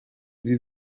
sie